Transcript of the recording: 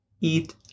eat